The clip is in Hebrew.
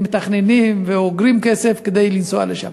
הם מתכננים ואוגרים כסף כדי לנסוע לשם.